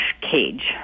cage